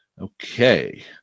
Okay